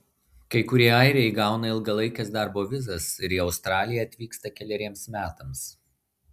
kai kurie airiai gauna ilgalaikes darbo vizas ir į australiją atvyksta keleriems metams